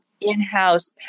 in-house